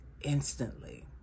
instantly